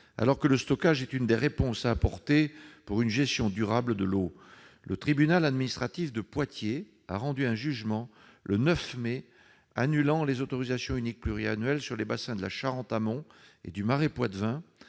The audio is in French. alors que le stockage est l'une des réponses à apporter pour une gestion durable de l'eau. Le tribunal administratif de Poitiers a rendu un jugement le 9 mai annulant les autorisations uniques pluriannuelles sur les bassins de la Charente amont et du Marais poitevin.